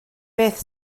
beth